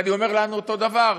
ואני אומר לנו אותו דבר.